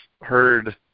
heard